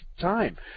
time